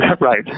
Right